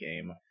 game